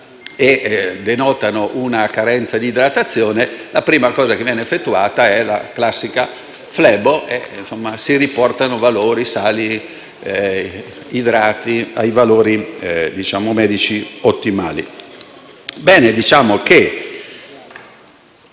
denotano una carenza di idratazione, la prima cosa che viene effettuata è la classica flebo, con cui si riportano sali e idrati ai valori medici ottimali. Bene. Diciamo che